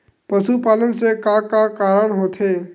पशुपालन से का का कारण होथे?